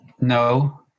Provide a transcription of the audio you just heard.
no